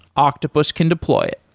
octopus can deploy it.